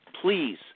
please